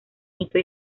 hito